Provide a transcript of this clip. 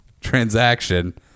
transaction